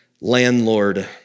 landlord